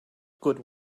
good